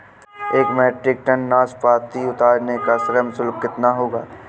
एक metric ton नाशपाती उतारने का श्रम शुल्क कितना होगा?